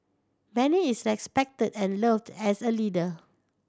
Benny is respected and loved as a leader